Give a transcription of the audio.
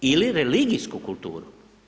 Ili religijsku kulturu.